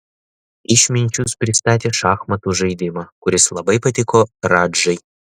išminčius pristatė šachmatų žaidimą kuris labai patiko radžai